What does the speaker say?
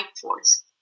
force